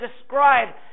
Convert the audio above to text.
describe